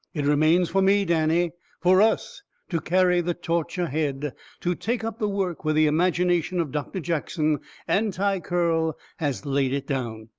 it remains for me, danny for us to carry the torch ahead to take up the work where the imagination of doctor jackson anti-curl has laid it down.